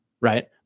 Right